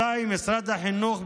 אזי משרד החינוך,